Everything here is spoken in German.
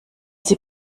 sie